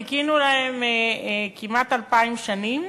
חיכינו להן כמעט אלפיים שנים.